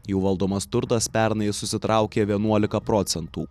jų valdomas turtas pernai susitraukė vienuolika procentų